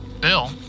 Bill